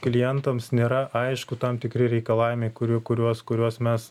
klientams nėra aišku tam tikri reikalavimai kurių kuriuos kuriuos mes